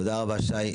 תודה רבה, שי.